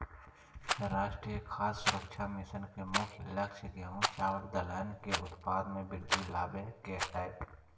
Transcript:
राष्ट्रीय खाद्य सुरक्षा मिशन के मुख्य लक्ष्य गेंहू, चावल दलहन के उत्पाद में वृद्धि लाबे के हइ